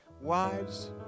Wives